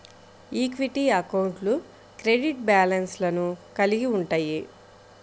equity అకౌంట్లు credit బ్యాలెన్స్లను కలిగి ఉంటయ్యి